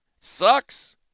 Sucks